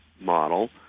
model